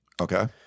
Okay